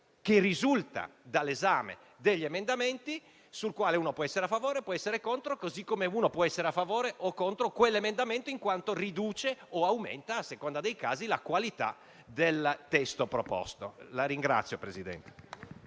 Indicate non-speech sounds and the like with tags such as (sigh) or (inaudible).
che risulta dall'esame degli emendamenti, sul quale uno può essere a favore o può essere contrario, così come uno può essere a favore o contro quell'emendamento in quanto riduce o aumenta, a seconda dei casi, la qualità del testo proposto. (applause)